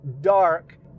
dark